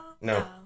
No